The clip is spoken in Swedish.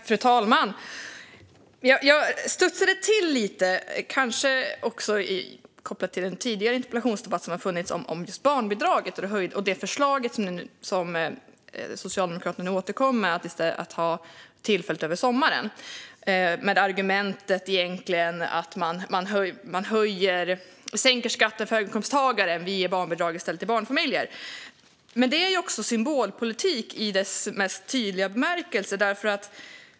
Fru talman! Jag studsade till lite, kanske också lite mot bakgrund av en tidigare interpellationsdebatt om just barnbidraget och det förslag som Socialdemokraterna nu återkommer till om att höja det tillfälligt över sommaren. Argumentet är att man ger barnbidrag till barnfamiljer i stället för att sänka skatten för höginkomsttagare. Men det är också symbolpolitik i dess mest tydliga bemärkelse.